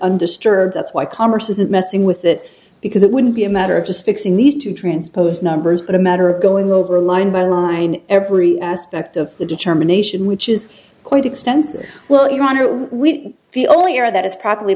undisturbed that's why commerce isn't messing with that because it wouldn't be a matter of just fixing needs to transpose numbers but a matter of going over line by line every aspect of the determination which is quite extensive well iran are we the only or that is probably